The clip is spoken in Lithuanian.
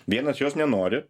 vienas jos nenori